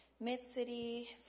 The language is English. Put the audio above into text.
Mid-City